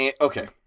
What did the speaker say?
Okay